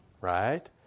right